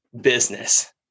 business